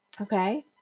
Okay